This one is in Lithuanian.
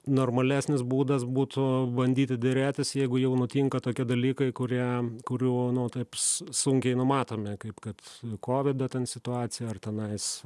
normalesnis būdas būtų bandyti derėtis jeigu jau nutinka tokie dalykai kurie kurių nu taip s sunkiai numatomi kaip kad kovida ten situacija ar tenais